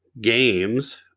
games